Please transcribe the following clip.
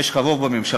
יש לך רוב בממשלה,